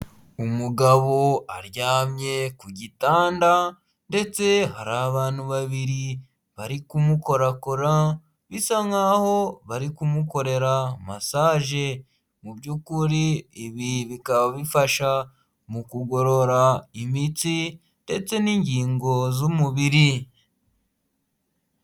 Umugabo aryamye ku gitanda ndetse hari abantu babiri, bari kumu kora kora, bisa nkaho bari kumukorera masaje, mu by'ukuri ibi bikaba bifasha mu kugorora imitsi ndetse n'ingingo z'umubiri.